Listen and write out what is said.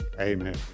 amen